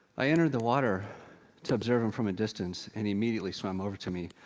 i entered the water to observe him from a distance, and he immediately swam over to me,